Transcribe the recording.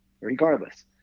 regardless